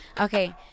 Okay